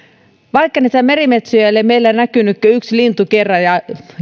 vaikka niitä merimetsoja ei ole meillä näkynyt kuin yksi lintu kerran ja